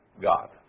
God